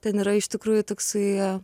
ten yra iš tikrųjų toksai